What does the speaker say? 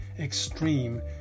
extreme